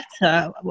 better